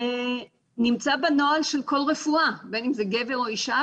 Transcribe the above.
זה נמצא בנוהל של כל רפואה בין אם זה גבר או אישה,